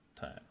time